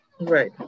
right